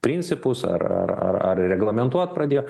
principus ar ar ar ar reglamentuot pradėjo